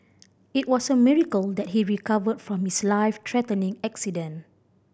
it was a miracle that he recovered from his life threatening accident